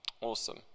Awesome